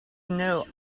know